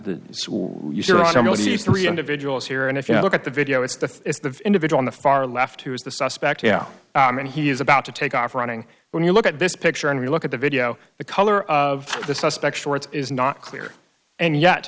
three individuals here and if you look at the video it's the individual the far left who is the suspect you know and he is about to take off running when you look at this picture and we look at the video the color of the suspect shorts is not clear and yet